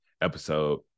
episode